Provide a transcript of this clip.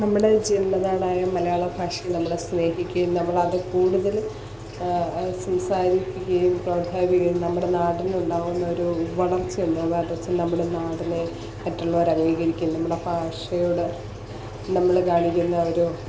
നമ്മുടെ ജന്മനാടായ മലയാള ഭാഷയെ നമ്മൾ സ്നേഹിക്കുകയും നമ്മളത് കൂടുതൽ സംസാരിക്കുകയും പ്രോത്സാഹിപ്പിക്കുകയും നമ്മുടെ നാടിനുണ്ടാകുന്ന ഒരു വളർച്ചയുണ്ട് ആ വളർച്ച നമ്മുടെ നാടിനെ മറ്റുള്ളവർ അംഗീകരിക്കും നമ്മുടെ ഭാഷയുടെ നമ്മൾ കാണിക്കുന്ന ഒരു